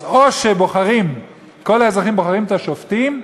אז או שכל האזרחים בוחרים את השופטים,